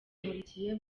nkurikiye